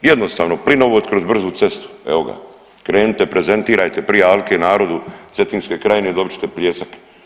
Jednostavno plinovod kroz brzu cestu, evo ga krenite prezentirajte prije Alke narodu cetinske krajine dobit ćete pljesak.